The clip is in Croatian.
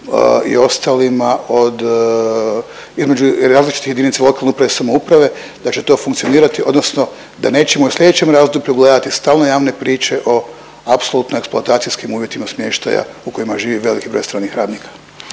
i ostalima između različitih jedinica lokalne uprave i samouprave da će to funkcionirati odnosno da nećemo u sljedećem razdoblju gledati stalne javne priče o apsolutno eksploatacijskim uvjetima smještaja u kojima živi veliki broj stranih radnika?